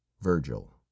virgil